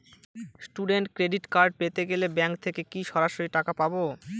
Student credit card পেতে গেলে bank থেকে কি সরাসরি টাকা পাবো?